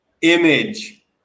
Image